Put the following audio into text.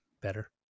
better